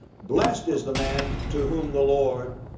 blessed is the man to whom the lord,